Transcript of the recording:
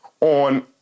on